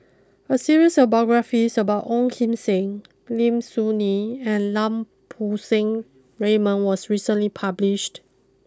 a series of biographies about Ong Kim Seng Lim Soo Ngee and Lau Poo Seng Raymond was recently published